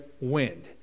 wind